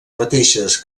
mateixes